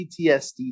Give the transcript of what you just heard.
PTSD